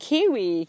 Kiwi